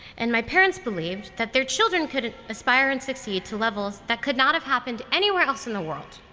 and my parents believed that their children could aspire and succeed to levels that could not have happened anywhere else in the world.